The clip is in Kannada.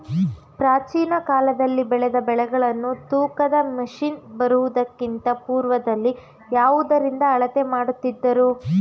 ಪ್ರಾಚೀನ ಕಾಲದಲ್ಲಿ ಬೆಳೆದ ಬೆಳೆಗಳನ್ನು ತೂಕದ ಮಷಿನ್ ಬರುವುದಕ್ಕಿಂತ ಪೂರ್ವದಲ್ಲಿ ಯಾವುದರಿಂದ ಅಳತೆ ಮಾಡುತ್ತಿದ್ದರು?